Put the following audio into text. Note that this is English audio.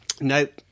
Nope